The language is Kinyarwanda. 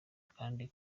kandi